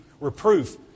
reproof